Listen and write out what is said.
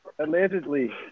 Allegedly